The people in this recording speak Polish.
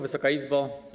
Wysoka Izbo!